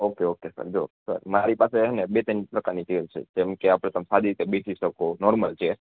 okay okay sir જો sir મારી પાસે છેને બે ત્રણ પ્રકારની ચેર છે જેમકે તમે સારી રીતે બેસી શકો નોર્મલ ચેર